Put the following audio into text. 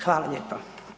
Hvala lijepa.